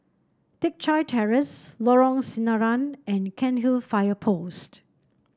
Teck Chye Terrace Lorong Sinaran and Cairnhill Fire Post